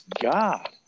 God